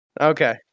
Okay